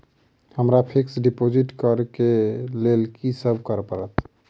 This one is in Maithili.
हमरा फिक्स डिपोजिट करऽ केँ लेल की सब करऽ पड़त?